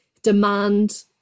demand